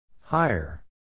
Higher